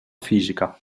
fisica